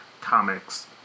Comics